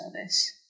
service